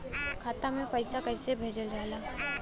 खाता में पैसा कैसे भेजल जाला?